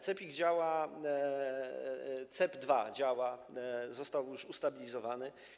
CEPiK działa, CEP2 działa, został już ustabilizowany.